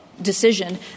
decision